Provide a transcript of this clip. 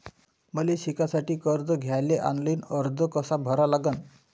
मले शिकासाठी कर्ज घ्याले ऑनलाईन अर्ज कसा भरा लागन?